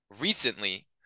recently